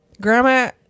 Grandma